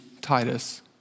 Titus